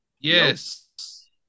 Yes